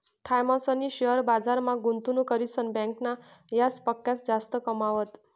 थॉमसनी शेअर बजारमा गुंतवणूक करीसन बँकना याजपक्सा जास्त कमावात